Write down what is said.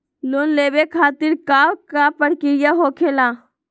Loan लेवे खातिर का का प्रक्रिया होखेला?